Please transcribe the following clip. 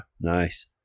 Nice